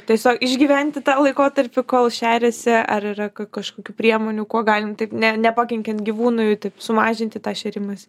tiesiog išgyventi tą laikotarpį kol šeriasi ar yra ka kažkokių priemonių kuo galim taip ne nepakenkiant gyvūnui taip sumažinti tą šėrimąsi